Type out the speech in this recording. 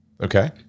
Okay